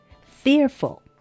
Fearful